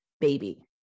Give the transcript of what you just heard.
baby